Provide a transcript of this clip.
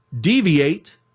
deviate